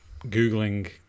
googling